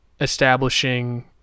establishing